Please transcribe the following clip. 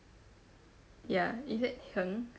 ya is it heng